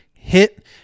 Hit